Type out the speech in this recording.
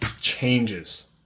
changes